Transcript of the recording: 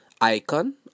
icon